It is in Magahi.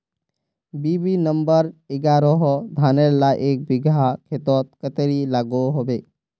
बी.बी नंबर एगारोह धानेर ला एक बिगहा खेतोत कतेरी लागोहो होबे?